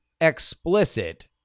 explicit